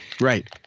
right